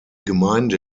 gemeinde